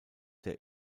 der